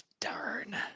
Darn